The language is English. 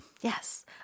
Yes